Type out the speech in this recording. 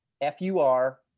F-U-R